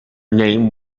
name